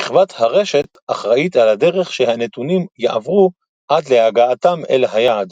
שכבת הרשת אחראית על הדרך שהנתונים יעברו עד להגעתם אל היעד.